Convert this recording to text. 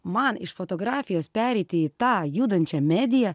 man iš fotografijos pereiti į tą judančią mediją